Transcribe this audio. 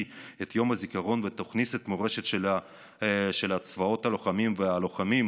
את יום הזיכרון ותכניס את המורשת של הצבאות הלוחמים ואת הלוחמים